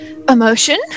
Emotion